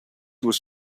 was